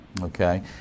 Okay